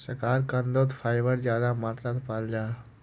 शकार्कंदोत फाइबर ज्यादा मात्रात पाल जाहा